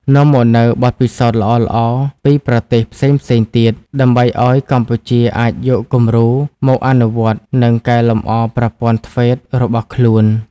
នាំមកនូវបទពិសោធន៍ល្អៗពីប្រទេសផ្សេងៗទៀត ដើម្បីឲ្យកម្ពុជាអាចយកគំរូមកអនុវត្ត និងកែលម្អប្រព័ន្ធ ធ្វេត TVET របស់ខ្លួន។